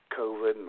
COVID